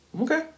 Okay